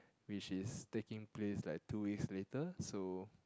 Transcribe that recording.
which is taking place like two weeks later so